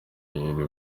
iri